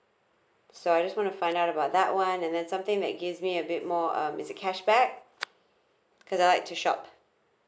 so I just want to find out about that one and then something that gives me a bit more um is it cashback cause I like to shop